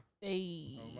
Hey